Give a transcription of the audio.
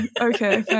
okay